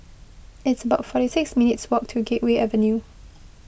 it's about forty six minutes' walk to Gateway Avenue